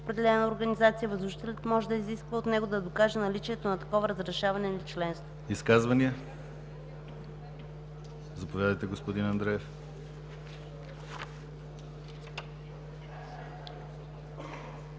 Изказвания? Заповядайте, господин Андреев.